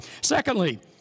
Secondly